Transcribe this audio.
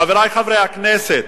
חברי חברי הכנסת,